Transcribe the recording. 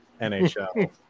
NHL